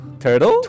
turtle，